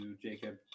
Jacob